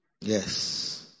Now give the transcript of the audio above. Yes